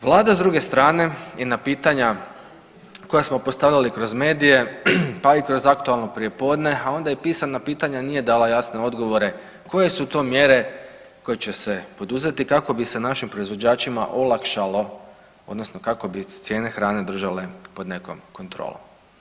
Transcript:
Vlada s druge strane i na pitanja koja smo postavljali kroz medije, pa i kroz aktualno prijepodne, a onda i na pisana pitanja nije dala jasne odgovore koje su to mjere koje će se poduzeti kako bi se našim proizvođačima olakšalo odnosno kako bi cijene hrane držale pod nekom kontrolom.